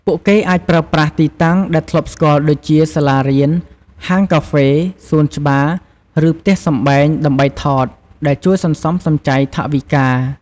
ពួកគេអាចប្រើប្រាស់ទីតាំងដែលធ្លាប់ស្គាល់ដូចជា សាលារៀន ហាងកាហ្វេ សួនច្បារ ឬផ្ទះសម្បែង ដើម្បីថត ដែលជួយសន្សំសំចៃថវិកា។